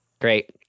Great